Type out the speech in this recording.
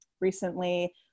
recently